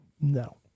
No